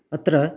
अत्र